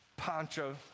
Poncho